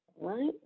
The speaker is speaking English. right